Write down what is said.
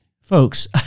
folks